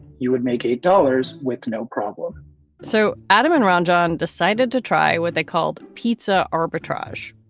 you would make a dollars with no problem so adam and around john decided to try what they called pizza arbitrage.